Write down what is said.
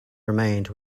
remained